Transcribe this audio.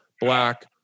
black